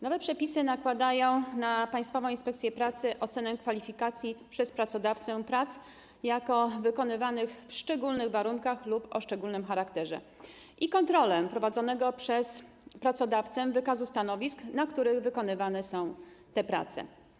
Nowe przepisy nakładają na Państwową Inspekcję Pracy ocenę kwalifikowania przez pracodawcę prac jako wykonywanych w szczególnych warunkach lub o szczególnym charakterze i kontrolę prowadzonego przez pracodawcę wykazu stanowisk, na których wykonywane są te prace.